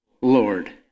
Lord